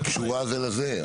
זה קשור זה בזה.